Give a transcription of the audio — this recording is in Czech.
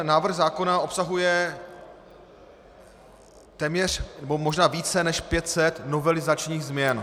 Návrh zákona obsahuje téměř nebo možná více než 500 novelizačních změn.